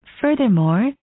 Furthermore